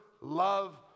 love